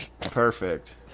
perfect